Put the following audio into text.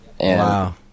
Wow